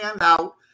out